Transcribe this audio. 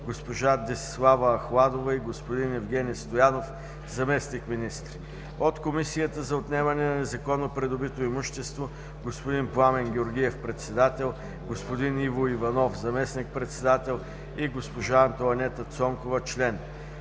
госпожа Десислава Ахладова и господин Евгени Стоянов – заместник-министри; от Комисията за отнемане на незаконно придобито имущество – господин Пламен Георгиев – председател, господин Иво Иванов – заместник-председател и госпожа Антоанета Цонкова – член;